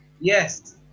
Yes